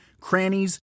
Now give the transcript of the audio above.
crannies